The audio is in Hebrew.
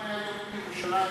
היום היה יום ירושלים.